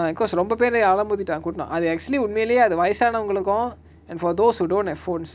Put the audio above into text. ah cause ரொம்பபேரு அலமோதிட்டா கூட்டோ அது:rombaperu alamothita kooto athu actually உண்மைலயே அது வயசானவங்களுக்கு:unmailaye athu vayasaanavangaluku and for those who don't have phones